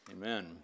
Amen